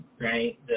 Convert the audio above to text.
right